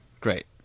Great